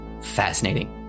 fascinating